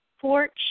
porch